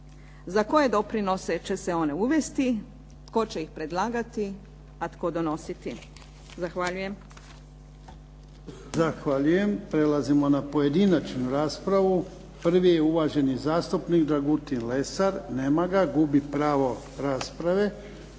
za koje doprinose će se one uvesti, tko će ih predlagati, a tko donositi? Zahvaljujem.